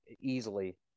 easily